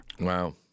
Wow